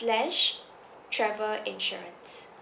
slash travel insurance